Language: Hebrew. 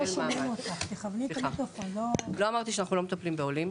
לא אמרתי שאנחנו לא מטפלים בעולים.